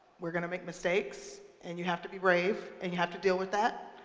we're gonna make mistakes, and you have to be brave, and you have to deal with that.